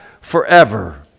forever